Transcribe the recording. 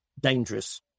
dangerous